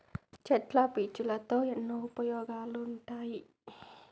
చెట్ల పీచులతో ఎన్నో ఉపయోగాలు ఉంటాయి